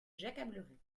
j’accablerais